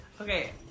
Okay